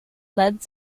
led